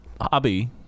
Hobby